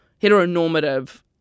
heteronormative